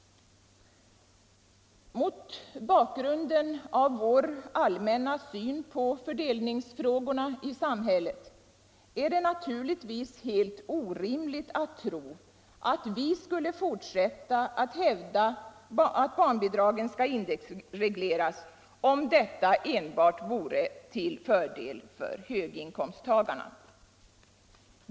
Mot bakgrund av vår allmänna syn på fördelningsfrågorna i samhället är det naturligtvis helt orimligt att tro att vi skulle fortsätta att hävda att barnbidragen skall indexregleras om detta enbart vore till fördel för höginkomsttagare.